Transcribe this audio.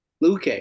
Luke